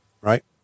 Right